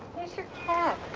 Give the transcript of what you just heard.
here's your cat,